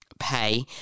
pay